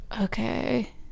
okay